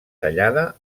tallada